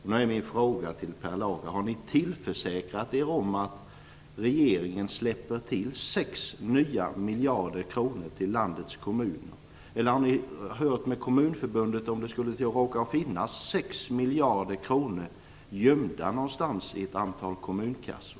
Då blir min fråga till Per Lager: Har ni försäkrat er om att regeringen släpper till 6 nya miljarder kronor till landets kommuner? Eller har ni hört med Kommunförbundet om det skulle råka finnas 6 miljarder kronor gömda någonstans i ett antal kommunkassor?